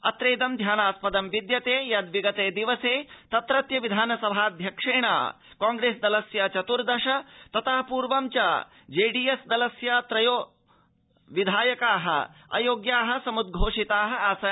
अत्रेदं ध्यानास्पदं विद्यते यद् विगते दिवसे तत्रत्य विधानसभाध्यक्षेण कांप्रेस दलस्य चतुर्दश ततः पूर्व च जेडीएस् दलस्य त्रयो विधायकाः अयोग्याः समुद घोषिताः आसन्